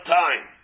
time